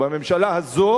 בממשלה הזאת